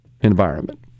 environment